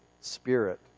spirit